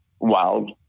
wild